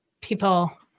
people